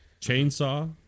Chainsaw